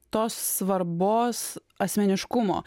tos svarbos asmeniškumo